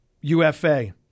UFA